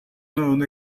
known